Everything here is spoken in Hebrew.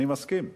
אני מסכים.